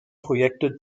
projekte